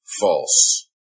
false